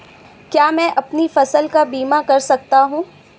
क्या मैं अपनी फसल का बीमा कर सकता हूँ?